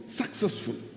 successful